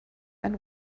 and